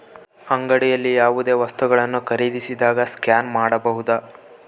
ಅಂಗಡಿಯಲ್ಲಿ ಯಾವುದೇ ವಸ್ತುಗಳನ್ನು ಖರೇದಿಸಿದಾಗ ಸ್ಕ್ಯಾನ್ ಮಾಡಬಹುದಾ?